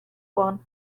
one